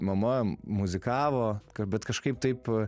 mama muzikavo bet kažkaip taip